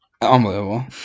Unbelievable